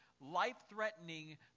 life-threatening